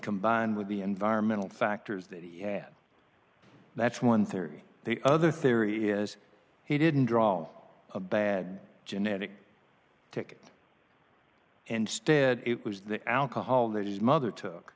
combined with the environmental factors that he had that's one theory the other theory is he didn't draw a bad genetic tick and stead it was the alcohol that is mother took